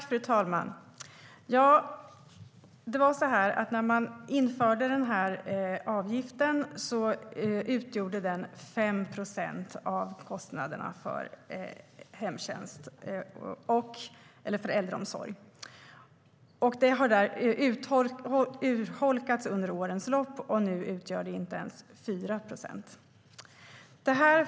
Fru talman! När man införde avgiften täckte den 5 procent av kostnaderna för äldreomsorgen. Den siffran har urholkats under årens lopp, och nu utgör täckningen inte ens 4 procent.